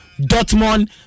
Dortmund